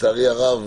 לצערי הרב,